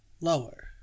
lower